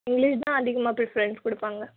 English தான் அதிகமாக preference கொடுப்பாங்க